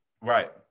Right